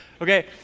okay